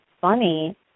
funny